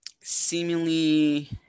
seemingly